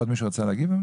עוד מישהו רוצה להגיב?